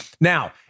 now